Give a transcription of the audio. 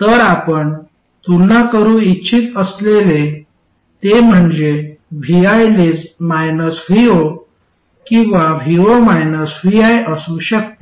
तर आपण तुलना करू इच्छित असलेले ते म्हणजे vi vo किंवा vo vi असू शकते